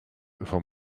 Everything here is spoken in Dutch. van